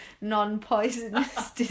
non-poisonous